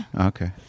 Okay